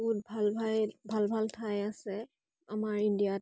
বহুত ভাল ভাই ভাল ভাল ঠাই আছে আমাৰ ইণ্ডিয়াত